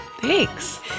Thanks